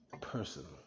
personal